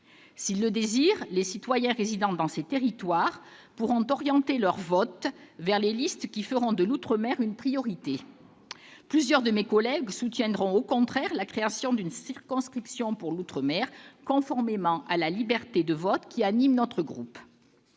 S'ils le désirent, les citoyens résidant dans ces territoires pourront orienter leurs votes vers les listes qui feront de l'outre-mer une priorité. Plusieurs de mes collègues soutiendront, au contraire, la création d'une circonscription spécifique pour l'outre-mer, conformément à la liberté de vote qui régit notre groupe.